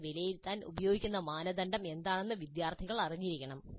അവരെ വിലയിരുത്താൻ ഉപയോഗിക്കുന്ന മാനദണ്ഡം എന്താണെന്ന് വിദ്യാർത്ഥികൾ അറിഞ്ഞിരിക്കണം